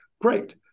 Great